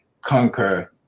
conquer